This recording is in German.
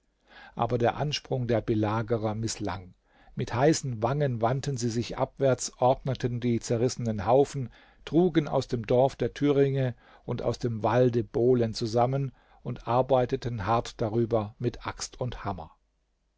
aber der ansprung der belagerer mißlang mit heißen wangen wandten sie sich abwärts ordneten die zerrissenen haufen trugen aus dem dorf der thüringe und aus dem walde bohlen zusammen und arbeiteten hart darüber mit axt und hammer